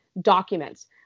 documents